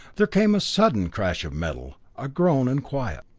there came a sudden crash of metal, a groan and quiet.